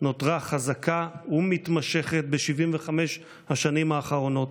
נותרה חזקה ומתמשכת ב-75 השנה האחרונות.